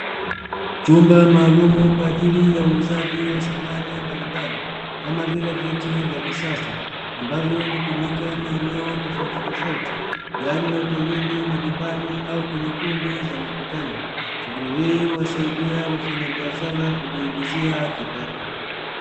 Chumba maalumu kwa ajili ya uuzaji wa samahani mbalimbali kama vile viti vya kisasa, ambavyo hutumika maeneo tofauti tofauti yaani hotelini, majumbani au kwenye kumbi za mikutano shughuli hii wasaidia wafanyabiashara kujiingizia kipato.